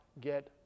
get